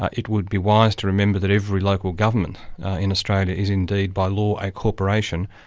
ah it would be wise to remember that every local government in australia is indeed by law a corporation,